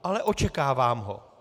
Ale očekávám ho.